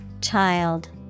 Child